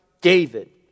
David